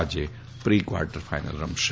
આજે pre quarter final રમાશે